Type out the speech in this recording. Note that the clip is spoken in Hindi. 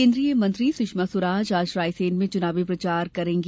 केन्द्रीय मंत्री सुषमा स्वराज आज रायसेन में चुनावी प्रचार करेंगी